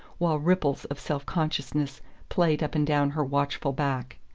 while ripples of self-consciousness played up and down her watchful back.